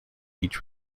each